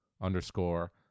underscore